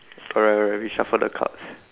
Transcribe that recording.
alright alright we shuffle the cards